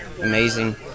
amazing